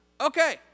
okay